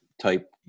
type